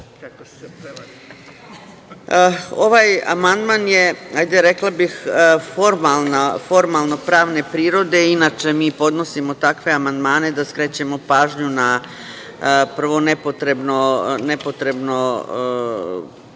Ovaj amandman je, rekla bih, formalno pravne prirode. Inače mi podnosimo takve amandmane da skrećemo pažnju na nepotrebno unošenje